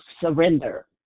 surrender